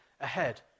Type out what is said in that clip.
ahead